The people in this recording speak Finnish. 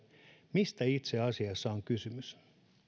mistä itse asiassa on kysymys